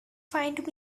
find